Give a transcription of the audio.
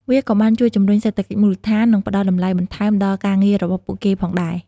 វាក៏បានជួយជំរុញសេដ្ឋកិច្ចមូលដ្ឋាន និងផ្តល់តម្លៃបន្ថែមដល់ការងាររបស់ពួកគេផងដែរ។